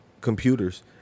computers